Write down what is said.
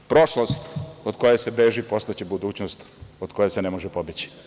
Prošlost od koje se beži postaće budućnost od koje se ne može pobeći.